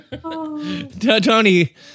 Tony